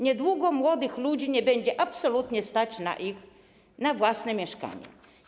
Niedługo młodych ludzi nie będzie absolutnie stać na własne mieszkanie.